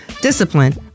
Discipline